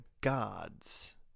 Gods